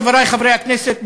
חברי חברי הכנסת,